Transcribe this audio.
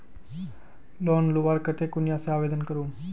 Loan लुबार केते कुनियाँ से आवेदन करूम?